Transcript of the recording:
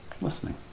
listening